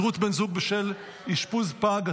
היעדרות בן זוג בשל אשפוז פג.